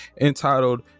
entitled